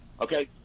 Okay